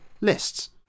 lists